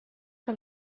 que